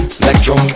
electro